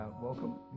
welcome